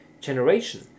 generation